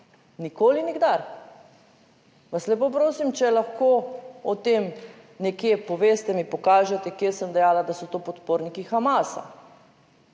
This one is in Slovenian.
Nikoli, nikdar. Vas lepo prosim, če lahko o tem nekje poveste, mi pokažete, kje sem dejala, da so to podporniki Hamasa